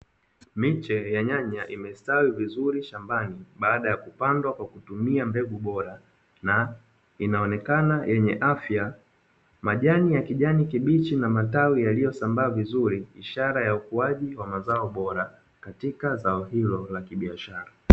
Miche ya nyanya imestawi vizuri shambani baada ya kupandwa kwa kutumia mbegu bora na inaonekana yenye afya, majani ya kijani kibichi na matawi yaliyosambaa vizuri ishara ya ukuaji wa mazoa bora katika zao hilo la kibiashara.